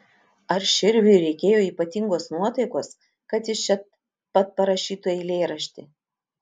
ar širviui reikėjo ypatingos nuotaikos kad jis čia pat parašytų eilėraštį